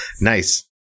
Nice